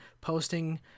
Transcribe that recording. posting